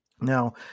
Now